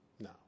No